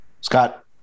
Scott